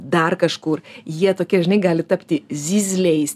dar kažkur jie tokie žinai gali tapti zyzliais